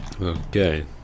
Okay